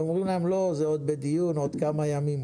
והם אומרים להם, לא, זה עוד בדיון, עוד כמה ימים.